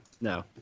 No